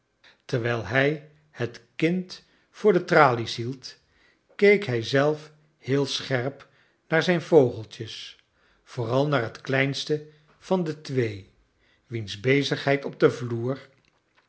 terwijl hij het kind voor de tralies hie id keek hij zelf heel scherp naar zijn vogeltjes vooral naar het kleinste van de twee wiens bezigheid op den vloer